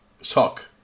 sock